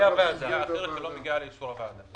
בפנייה אחרת שלא מגיעה לאישור הוועדה.